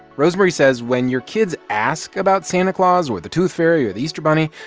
rosemarie says when your kids ask about santa claus or the tooth fairy or the easter bunny,